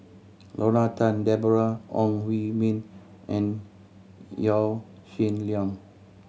Lorna Tan Deborah Ong Hui Min and Yaw Shin Leong